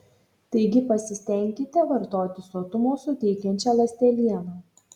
taigi pasistenkite vartoti sotumo suteikiančią ląstelieną